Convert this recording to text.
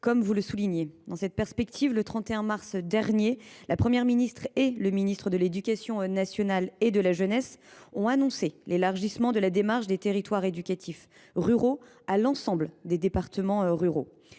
territoires ruraux. Dans cette perspective, le 31 mars dernier, la Première ministre et le ministre de l’éducation nationale et de la jeunesse ont annoncé l’élargissement de la démarche des Territoires éducatifs ruraux à l’ensemble des départements ruraux.